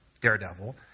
Daredevil